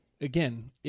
Again